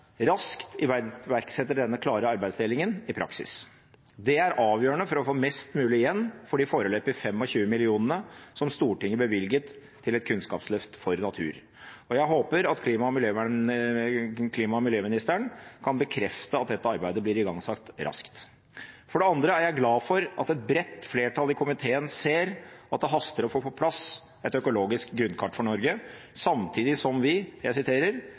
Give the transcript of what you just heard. raskt iverksetter denne klare arbeidsdelingen i praksis. Det er avgjørende for å få mest mulig igjen for de foreløpig 25 millionene som Stortinget bevilget til et kunnskapsløft for natur. Og jeg håper at klima- og miljøministeren kan bekrefte at dette arbeidet blir igangsatt raskt. For det andre er jeg glad for at et bredt flertall i komiteen ser at det haster å få på plass et økologisk grunnkart for Norge samtidig som vi